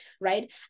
right